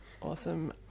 Awesome